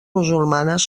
musulmanes